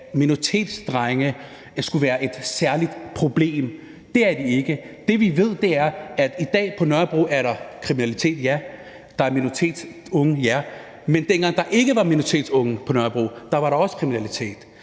at minoritetsdrenge skulle være et særligt problem. Det er de ikke. Det, vi ved, er, at der i dag er kriminalitet på Nørrebro, ja, at der er minoritetsunge, ja, men dengang der ikke var minoritetsunge på Nørrebro, var der også kriminalitet.